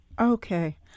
Okay